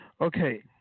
Okay